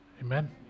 Amen